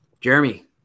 Jeremy